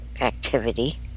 activity